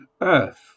Earth